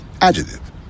Adjective